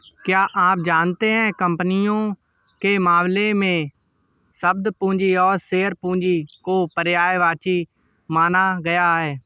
क्या आप जानते है कंपनियों के मामले में, शब्द पूंजी और शेयर पूंजी को पर्यायवाची माना गया है?